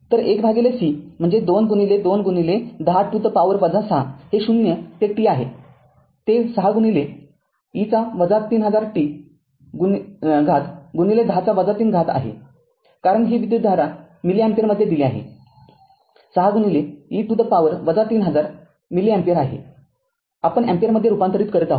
तर१c म्हणजे २२१० to the power ६ हे ० ते t ते ६ e ३000t१० ३ आहे कारण ही विद्युतधारा मिली अँपिअरमध्ये दिली आहे ६ e to the power ३००० milliampere आहे आपण अँपिअर मध्ये रूपांतरित करीत आहोत